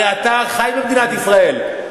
הרי אתה חי במדינת ישראל.